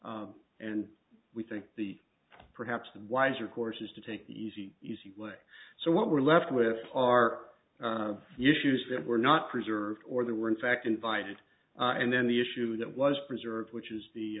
court and we think the perhaps the wiser course is to take the easy easy way so what we're left with are huge issues that were not preserved or that were in fact invited and then the issue that was preserved which is the